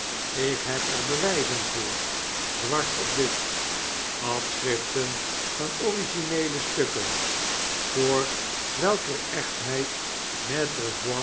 ik heb er bewyzen voor zwart op wit afschriften van origineele stukken voorwelker echtheid